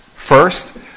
First